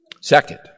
Second